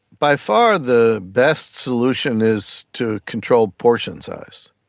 by far the best solution is to control portion size.